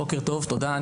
בוקר טוב, תודה.